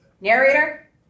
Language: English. narrator